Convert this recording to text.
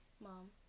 Mom